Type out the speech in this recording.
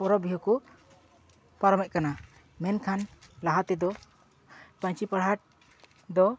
ᱯᱚᱨᱚᱵᱽ ᱯᱤᱦᱟᱹ ᱠᱚ ᱯᱟᱨᱚᱢᱮᱫ ᱠᱟᱱᱟ ᱢᱮᱱᱠᱷᱟᱱ ᱞᱟᱦᱟ ᱛᱮᱫᱚ ᱯᱟᱹᱧᱪᱤ ᱯᱟᱲᱦᱟᱴ ᱫᱚ